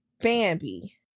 Bambi